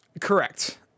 correct